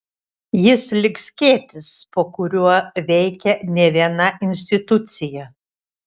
jis lyg skėtis po kuriuo veikia ne viena institucija